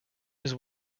his